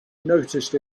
noticed